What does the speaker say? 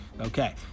okay